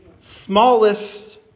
smallest